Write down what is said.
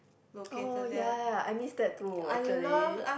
oh ya I miss that too actually